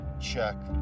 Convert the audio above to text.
Check